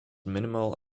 minimal